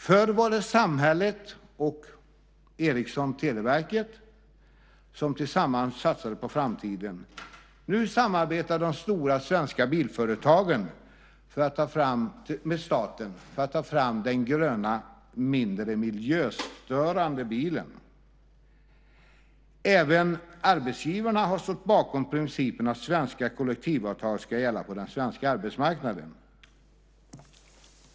Förr var det samhället och Ericsson/Televerket som tillsammans satsade på framtiden. Nu samarbetar de stora svenska bilföretagen med staten för att ta fram den gröna, mindre miljöstörande bilen. Även arbetsgivarna har stått bakom principen att svenska kollektivavtal ska gälla på den svenska arbetsmarknaden.